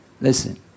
listen